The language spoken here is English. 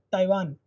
Taiwan